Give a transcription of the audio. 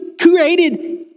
created